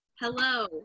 Hello